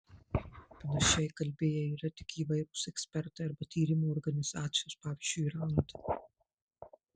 panašiai kalbėję yra tik įvairūs ekspertai arba tyrimų organizacijos pavyzdžiui rand